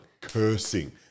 cursing